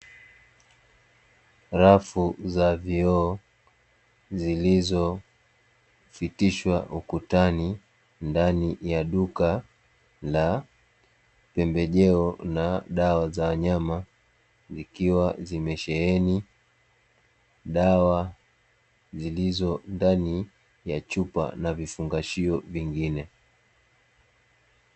Rafu za vioo zilizo fitishwa ukutani ndani ya duka la pembejeo na dawa za wanyama zikiwa zimesheheni dawa zilizo ndani ya chupa na vifungashio vingine.